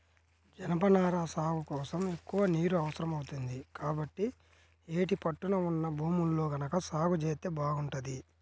జనపనార సాగు కోసం ఎక్కువ నీరు అవసరం అవుతుంది, కాబట్టి యేటి పట్టున ఉన్న భూముల్లో గనక సాగు జేత్తే బాగుంటది